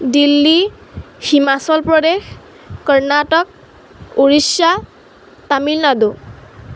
Delhi Himachal Pradesh Karnataka Orissa Tamil Nadu